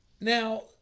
Now